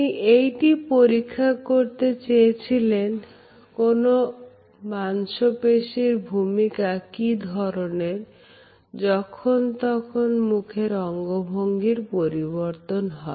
তিনি এইটা পরীক্ষা করতে চেয়ে ছিলেন কোন মাংশ পেশীর ভূমিকা কি ধরনের যখন তাদের মুখের অঙ্গভঙ্গির পরিবর্তন হয়